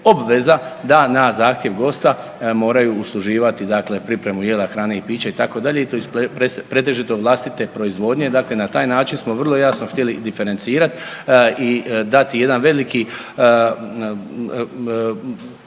obveza da na zahtjev gosta moraju usluživati dakle pripremu jela, hrane i pića itd. i to iz pretežito vlastite proizvodnje. Dakle, na taj način smo vrlo jasno htjeli diferencirat i dati jedan veliki